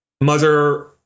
mother